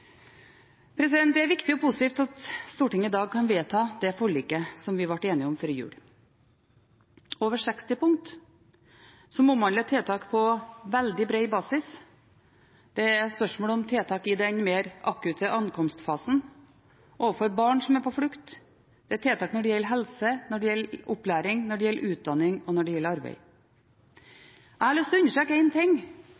Det er viktig og positivt at Stortinget i dag kan vedta det forliket som vi ble enige om før jul. Det er over 60 punkter, som omhandler tiltak på veldig bred basis. Det er spørsmål om tiltak i den mer akutte ankomstfasen og overfor barn som er på flukt. Det er tiltak når det gjelder helse,